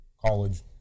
college